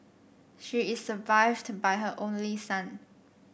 she is survived by her only son